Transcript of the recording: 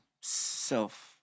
self